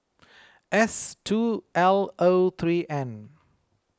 S two L O three N